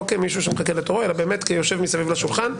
לא כמישהו שמחכה לתורו אלא באמת כיושב מסביב לשולחן.